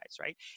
right